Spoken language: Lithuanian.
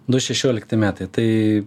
du šešiolikti metai tai